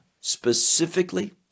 specifically